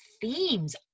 themes